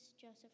Joseph